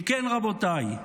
אם כן, רבותיי,